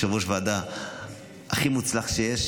יושב-ראש ועדה הכי מוצלח שיש,